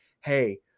hey